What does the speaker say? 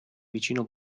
vicino